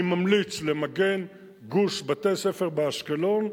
אני ממליץ למגן גוש בתי-ספר באשקלון,